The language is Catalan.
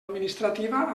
administrativa